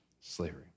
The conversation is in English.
slavery